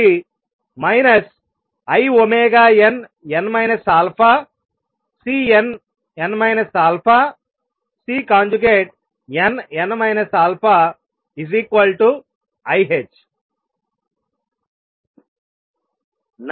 అది inn α Cnn α Cnn α ih